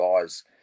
guys